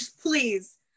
please